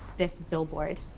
this billboard,